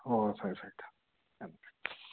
ꯍꯣꯏ ꯍꯣꯏ ꯐꯔꯦ ꯐꯔꯦ ꯊꯝ ꯃꯦ